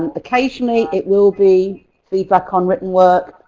and occasionally it will be feedback on written work,